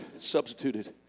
substituted